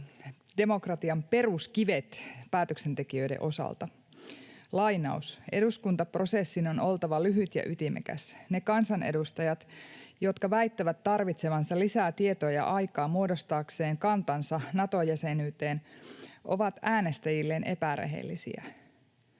demokratian peruskivet päätöksentekijöiden osalta. Lainaus: ”Eduskuntaprosessin on oltava lyhyt ja ytimekäs. Ne kansanedustajat, jotka väittävät tarvitsevansa lisää tietoa ja aikaa muodostaakseen kantansa Nato-jäsenyyteen, ovat äänestäjilleen epärehellisiä.”